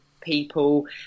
people